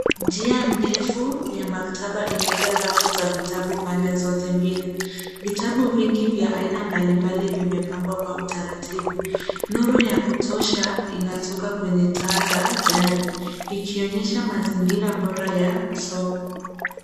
Njia ndefu ya maktaba imejaa rafu za vitabu pande zote mbili. Vitabu vingi vya aina mbalimbali vimepangwa kwa utaratibu. Nuru ya kutosha inatoka kwenye taa za dari ikionyesha mazingira bora ya kusoma.